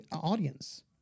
audience